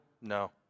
No